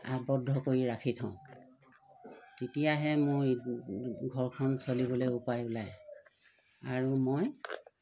আৱদ্ধ কৰি ৰাখি থওঁ তেতিয়াহে মোৰ ঘৰখন চলিবলৈ উপায় ওলায় আৰু মই